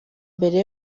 mbere